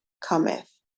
cometh